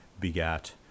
begat